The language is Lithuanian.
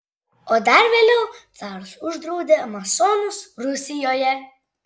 o dar vėliau caras uždraudė masonus rusijoje